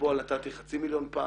בפועל נתתי חצי מיליון פעם,